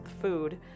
food